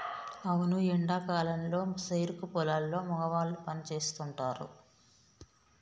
అవును ఎండా కాలంలో సెరుకు పొలాల్లో మగవాళ్ళు పని సేస్తుంటారు